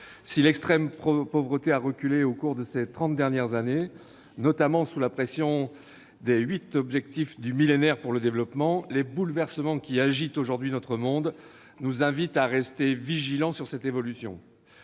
si l'extrême pauvreté a reculé au cours de ces trente dernières années, notamment sous la pression des huit objectifs du millénaire pour le développement, les bouleversements qui agitent aujourd'hui notre monde nous invitent à rester vigilants sur cette évolution.